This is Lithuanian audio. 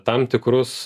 tam tikrus